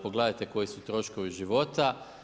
Pogledajte koji su troškovi života.